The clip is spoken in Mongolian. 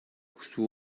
хүсэв